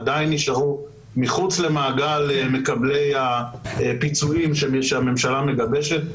עדיין נשארו מחוץ למעגל מקבלי הפיצויים שהממשלה מגבשת.